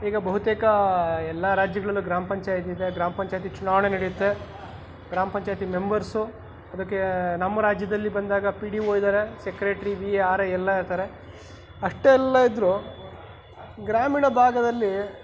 ಈಗ ಬಹುತೇಕ ಎಲ್ಲ ರಾಜ್ಯಗಳಲ್ಲು ಗ್ರಾಮ ಪಂಚಾಯಿತಿ ಇದೆ ಗ್ರಾಮ ಪಂಚಾಯಿತಿ ಚುನಾವಣೆ ನಡೆಯುತ್ತೆ ಗ್ರಾಮ ಪಂಚಾಯಿತಿ ಮೆಂಬರ್ಸು ಅದಕ್ಕೆ ನಮ್ಮ ರಾಜ್ಯದಲ್ಲಿ ಬಂದಾಗ ಪಿ ಡಿ ಒ ಇದ್ದಾರೆ secretary V A R I ಎಲ್ಲ ಇರ್ತಾರೆ ಅಷ್ಟೆಲ್ಲ ಇದ್ರೂ ಗ್ರಾಮೀಣ ಭಾಗದಲ್ಲಿ